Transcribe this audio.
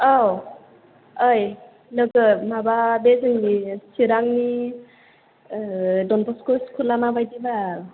औ ओइ लोगो माबा बे जोंनि चिरांनि दनबस्क' स्कुला मा बायदि बाल